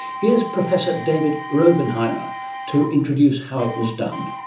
here's professor david raubenheimer to introduce how it was done.